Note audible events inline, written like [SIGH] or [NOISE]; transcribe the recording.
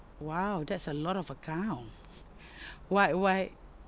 !wow! that's a lot of account [LAUGHS] why why